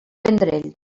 vendrell